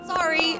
Sorry